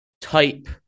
type